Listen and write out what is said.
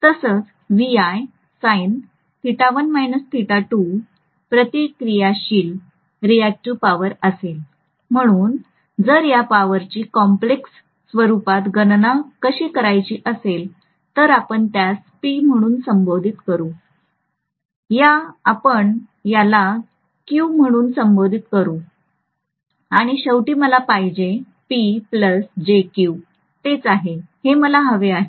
तसच प्रतिक्रियाशील reactive power असेल म्हणून जर या पॉवर ची कॉम्प्लेक्स स्वरुपात गणना कशी करायची असेल तर आपण त्यास P म्हणून संबोधित करू या आपण याला Q म्हणून संबोधित करू आणि शेवटी मला पाहिजे तेच आहे हे मला हवे आहे